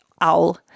owl